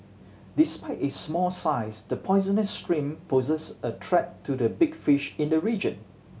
despite its small size the poisonous shrimp poses a threat to the big fish in the region